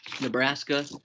Nebraska